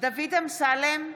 דוד אמסלם,